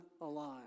alive